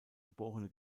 geborene